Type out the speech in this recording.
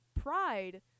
pride